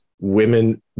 women